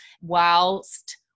whilst